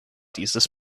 dieses